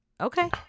Okay